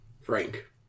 Frank